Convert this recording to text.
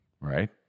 Right